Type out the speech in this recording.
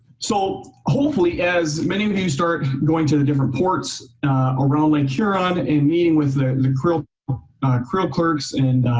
so hopefully as many of of you start going to the different ports around lake huron and meeting with the the creel creel clerks and